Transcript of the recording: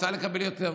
רוצה לקבל יותר.